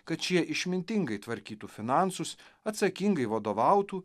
kad šie išmintingai tvarkytų finansus atsakingai vadovautų